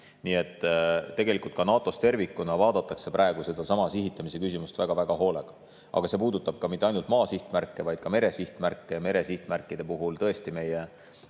Nii et tegelikult ka NATO‑s tervikuna vaadatakse praegu sedasama sihitamise küsimust väga-väga hoolega. Aga see ei puuduta mitte ainult maasihtmärke, vaid puudutab ka meresihtmärke. Ja meresihtmärkide puhul tõesti meie